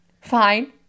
fine